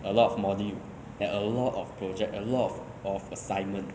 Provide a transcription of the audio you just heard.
a lot of module and a lot of project a lot of of assignment